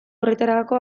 horretarako